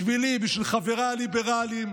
בשבילי, בשביל חבריי הליברלים,